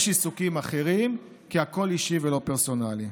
יש עיסוקים אחרים, כי הכול אישי ולא פרסונלי.